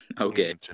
okay